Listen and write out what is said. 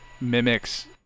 mimics